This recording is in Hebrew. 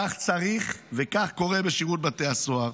כך צריך, וכך קורה בשירות בתי הסוהר.